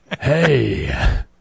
hey